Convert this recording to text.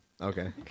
Okay